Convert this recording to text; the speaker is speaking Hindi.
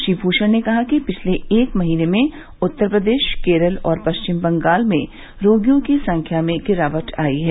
श्री भूषण ने कहा कि पिछले एक महीने में उत्तर प्रदेश केरल और पश्चिम बंगाल में रोगियों की संख्या में गिरावट आई है